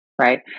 right